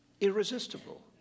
irresistible